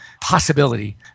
possibility